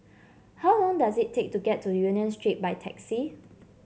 how long does it take to get to Union Street by taxi